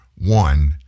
one